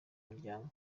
muryango